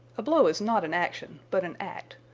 a blow is not an action but an act.